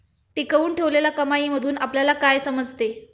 टिकवून ठेवलेल्या कमाईमधून आपल्याला काय समजते?